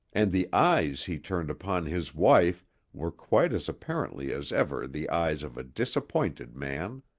and the eyes he turned upon his wife were quite as apparently as ever the eyes of a disappointed man.